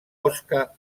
osca